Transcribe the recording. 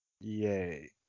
Yay